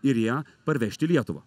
ir ją parvežt į lietuvą